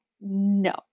no